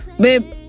Babe